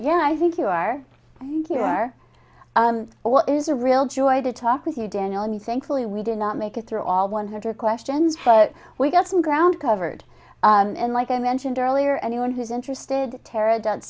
yeah i think you are i think you are what is a real joy to talk with you daniel and you thankfully we did not make it through all one hundred questions but we got some ground covered and like i mentioned earlier anyone who's interested tara do